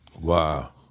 Wow